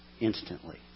instantly